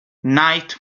night